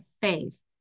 faith